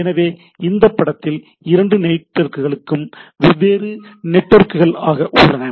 எனவே இந்தப்படத்தில் இரண்டு நெட்வொர்க்குகளும் வெவ்வேறு நெட்வொர்க்குகள் ஆக உள்ளன